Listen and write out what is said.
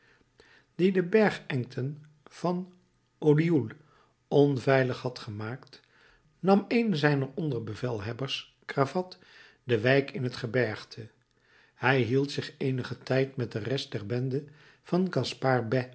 die de bergengten van ollioules onveilig had gemaakt nam een zijner onderbevelhebbers cravatte de wijk in het gebergte hij hield zich eenigen tijd met de rest der bende van gaspard bès